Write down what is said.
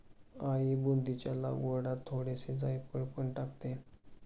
आई बुंदीच्या लाडवांत थोडेसे जायफळ पण टाकते